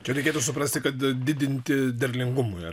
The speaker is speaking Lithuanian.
čia reikėtų suprasti kada didinti derlingumui ar